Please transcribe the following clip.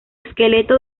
esqueleto